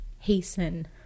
hasten